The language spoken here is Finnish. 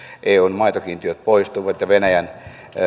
eun maitokiintiöt poistuivat ja venäjän